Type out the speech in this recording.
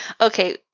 okay